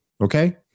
okay